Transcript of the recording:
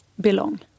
belong